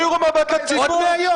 תישירו מבט לציבור.